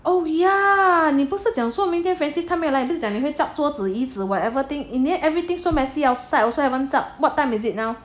oh yeah 你不是讲说明天 francis 他没有来你不是讲你会 chope 桌子椅子 whatever thing in the end everything so messy outside also haven't chope what time is it now